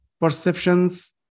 perceptions